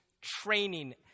training